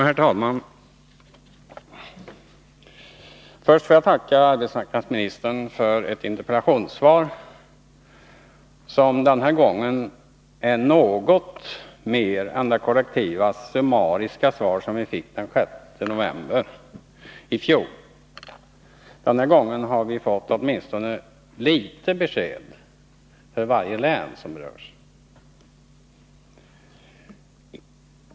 Herr talman! Först får jag tacka arbetsmarknadsministern för ett interpellationssvar som den här gången är något mer än det kollektiva summariska svar som vi fick den 6 november i fjol. Den här gången har vi fått åtminstone litet besked för varje län som berörs.